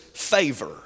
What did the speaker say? favor